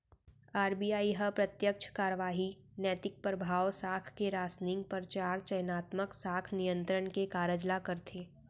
RBI ह प्रत्यक्छ कारवाही, नैतिक परभाव, साख के रासनिंग, परचार, चयनात्मक साख नियंत्रन के कारज ल करथे